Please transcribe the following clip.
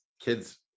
kids